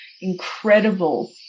incredible